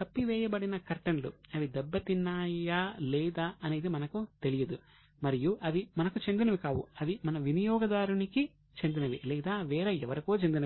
కప్పివేయబడిన కర్టెన్లు అవి దెబ్బతిన్నాయా లేదా అనేది మనకు తెలియదు మరియు అవి మనకు చెందినవి కావు అవి మన వినియోగదారునికి చెందినవి లేదా వేరే ఎవరికో చెందినవి